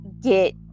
get